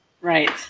Right